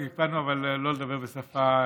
אבל הקפדנו לא לדבר בשפה,